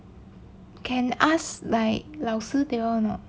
can ask like 老师 they all or not